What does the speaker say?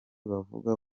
bavuga